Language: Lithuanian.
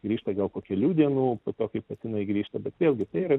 grįžta gal kelių dienų po to kai patinai grįžta bet vėlgi tai yra